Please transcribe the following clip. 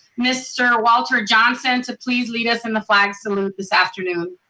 mr. walter johnson, to please lead us in the flag salute this afternoon.